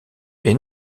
est